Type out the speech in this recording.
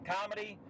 Comedy